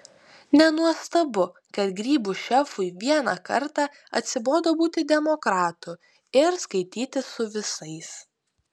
nenuostabu kad grybų šefui vieną kartą atsibodo būti demokratu ir skaitytis su visais